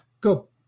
go